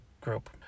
group